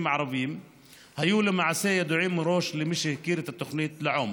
הערביים היו למעשה ידועים מראש למי שהכיר את התוכנית לעומק.